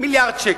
מיליארד שקל.